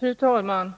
Fru talman!